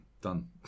done